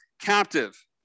captive